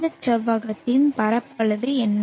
இந்த செவ்வகத்தின் பரப்பளவு என்ன